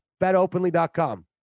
BetOpenly.com